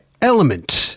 Element